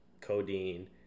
codeine